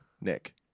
Nick